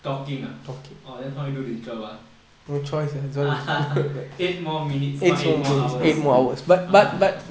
talking ah oh then how you do the job ah eight more minutes not eight more hours (uh huh)